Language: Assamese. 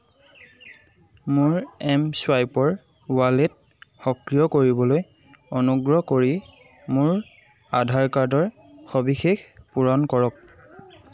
মোৰ এম চুৱাইপৰ ৱালেট সক্ৰিয় কৰিবলৈ অনুগ্ৰহ কৰি মোৰ আধাৰ কাৰ্ডৰ সবিশেষ পূৰণ কৰক